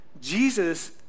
Jesus